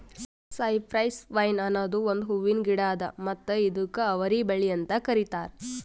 cypress vine ಅನದ್ ಒಂದು ಹೂವಿನ ಗಿಡ ಅದಾ ಮತ್ತ ಇದುಕ್ ಅವರಿ ಬಳ್ಳಿ ಅಂತ್ ಕರಿತಾರ್